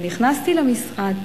ונכנסתי למשרד,